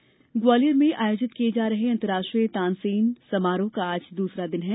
तानसेन समारोह ग्वालियर में आयोजित किए जा रहे अंतरराष्ट्रीय तानसेन समारोह का आज दूसरा दिन है